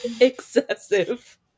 excessive